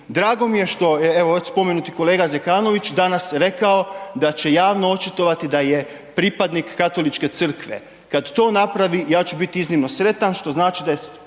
Drago mi je što, evo, već spomenuti kolega Zekanović danas rekao da će javno očitovati da je pripadnik Katoličke Crkve. Kad to napravi, ja ću biti iznimno sretan što znači da je